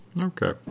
Okay